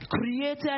created